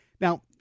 Now